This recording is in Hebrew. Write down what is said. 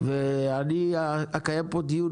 ואני אקיים פה דיון